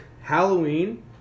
halloween